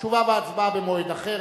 תשובה והצבעה במועד אחר.